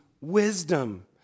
wisdom